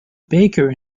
baker